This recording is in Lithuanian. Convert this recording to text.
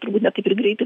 turbūt ne taip ir greitai